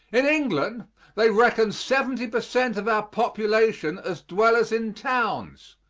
in england they reckon seventy per cent. of our population as dwellers in towns.